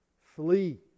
Flee